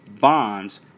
bonds